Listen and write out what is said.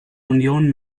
union